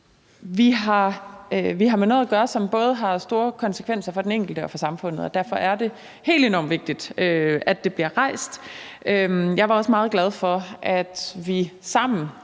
Vi har med noget at gøre, som både har store konsekvenser for den enkelte og for samfundet, og derfor er det helt enormt vigtigt, at det her bliver rejst. Jeg var også meget glad for, at vi sammen,